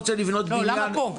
לא, למה פה.